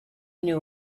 knew